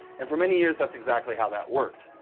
and for many years, that's exactly how that worked.